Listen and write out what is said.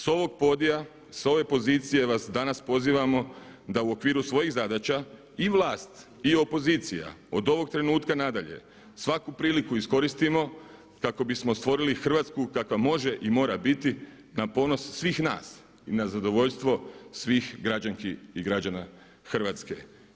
S ovog podija, s ove pozicije vas danas pozivamo da u okviru svojih zadaća i vlast i opozicija od ovog trenutka na dalje svaku priliku iskoristimo kako bismo stvorili Hrvatsku kakva može i mora biti na ponos svih nas i na zadovoljstvo svih građanki i građana Hrvatske.